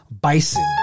bison